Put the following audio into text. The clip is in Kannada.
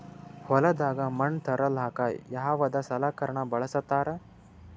ಹೊಲದಾಗ ಮಣ್ ತರಲಾಕ ಯಾವದ ಸಲಕರಣ ಬಳಸತಾರ?